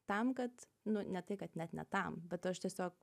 tam kad nu ne tai kad net ne tam bet aš tiesiog